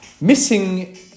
Missing